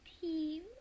team